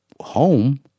home